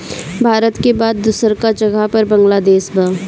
भारत के बाद दूसरका जगह पर बांग्लादेश बा